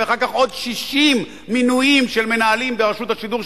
ואחר כך עוד 60 מינויים של מנהלים ברשות השידור,